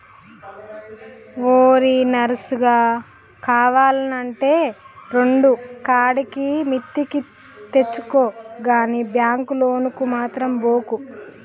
ఓరి నర్సిగా, కావాల్నంటే రెండుకాడికి మిత్తికి తెచ్చుకో గని బాంకు లోనుకు మాత్రం బోకు